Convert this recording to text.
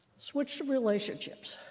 switch to relationships.